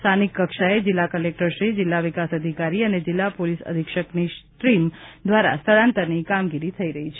સ્થાનિક કક્ષાએ જિલ્લા કલેકટરશ્રી જિલ્લા વિકાસ અધિકારી અને જિલ્લા પોલિસ અધિક્ષકશ્રીની ટીમ દ્વારા સ્થળાંતરની કામગીરી થઈ રહી છે